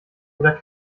oder